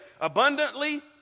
abundantly